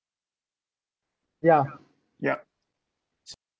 ya yup